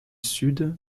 sud